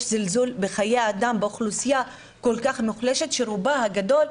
זלזול בחיי אדם באוכלוסייה כל כך מוחלשת שרובה הגדול,